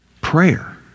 prayer